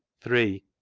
three.